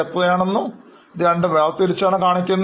അതിനാലാണ് ഇവയെ വേർതിരിച്ചു കാണിക്കുന്നത്